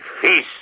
feast